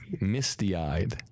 misty-eyed